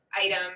item